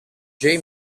jay